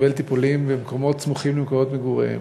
לקבל טיפולים במקומות סמוכים למקומות מגוריהם.